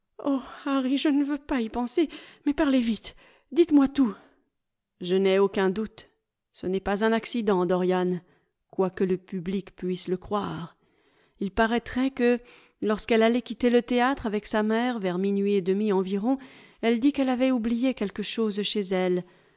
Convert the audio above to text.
harry je ne veux pas y penser mais parlez vite dites-moi tout je n'ai aucun doute ce n'est pas un accident dorian quoique le public puisse le croire il paraîtrait que lorsqu'elle allait quitter le théâtre avec sa mère vers minuit et demi environ elle dit qu'elle avait oublié quelque chose chez elle